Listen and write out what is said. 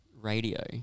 radio